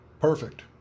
perfect